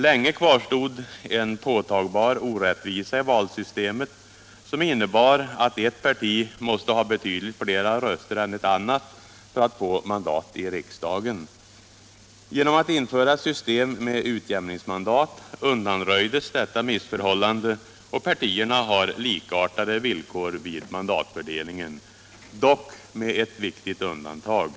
Länge kvarstod en påtagbar orättvisa i valsystemet, som innebar att ett parti måste ha betydligt flera röster än ett annat för att få mandat i riksdagen. Genom att införa ett system med utjämningsmandat undanröjdes detta missförhållande och partierna har nu likartade villkor vid mandatfördelningen, dock med ett viktigt undantag.